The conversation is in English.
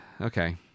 okay